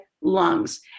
lungs